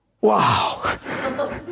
Wow